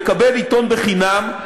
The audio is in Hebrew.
לקבל עיתון בחינם.